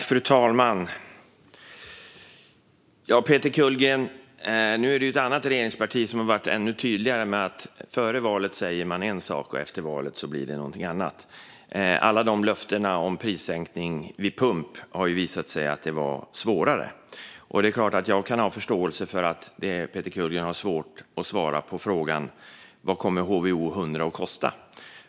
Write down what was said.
Fru talman! Peter Kullgren! Det är ett annat regeringsparti som har varit ännu tydligare med att man före valet säger en sak och att det efter valet blir något annat. Men alla löften om prissänkning vid pump har visat sig vara svåra att uppfylla. Jag kan ha förståelse för att Peter Kullgren har svårt att svara på vad HVO 100 kommer att kosta.